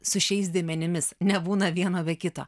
su šiais dėmenimis nebūna vieno be kito